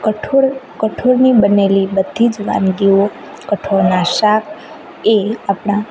કઠોળ કઠોળની બનેલી બધી જ વાનગીઓ કઠોળનાં શાક એ આપણાં